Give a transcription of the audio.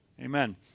Amen